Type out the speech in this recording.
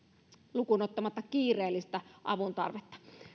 lukuun ottamatta kiireellistä avun tarvetta